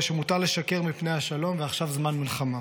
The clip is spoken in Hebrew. "שמותר לשקר מפני השלום ועכשיו זמן מלחמה".